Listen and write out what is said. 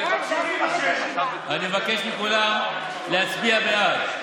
אני מבקש מכולם להצביע בעד,